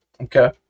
okay